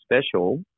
special